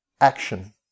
action